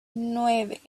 nueve